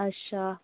अच्छा